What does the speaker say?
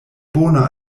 bona